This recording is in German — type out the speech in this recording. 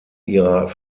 ihrer